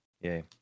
Yay